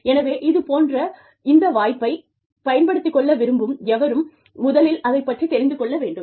எனவே இதே போன்றே இந்த வாய்ப்பை பயன்படுத்தி கொள்ள விரும்பும் எவரும் முதலில் அதைப் பற்றி தெரிந்து கொள்ள வேண்டும்